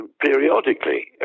periodically